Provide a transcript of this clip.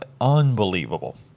Unbelievable